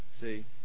see